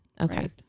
Okay